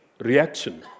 reaction